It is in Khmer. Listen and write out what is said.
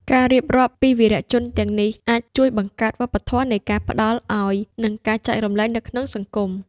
ការរៀបរាប់ពីវីរៈជនទាំងនេះអាចជួយបង្កើតវប្បធម៌នៃការផ្តល់ឲ្យ និងការចែករំលែកនៅក្នុងសង្គម។